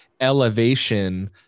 elevation